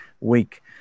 week